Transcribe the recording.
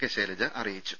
K Shailaja അറിയിച്ചു